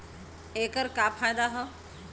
ऐकर का फायदा हव?